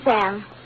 Sam